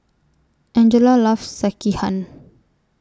Angella loves Sekihan